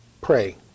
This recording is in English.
Pray